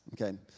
Okay